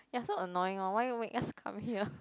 ya so annoying orh why make us come here